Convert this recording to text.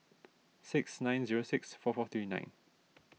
six nine zero six four four three nine